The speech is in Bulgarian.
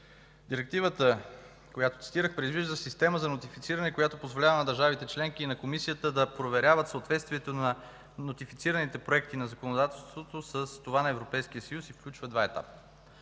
Директивата, която цитирах, предвижда система за нотифициране, която позволява на държавите членки и на Комисията да проверяват съответствието на нотифицираните проекти на законодателството с това на Европейския съюз и включва два етапа: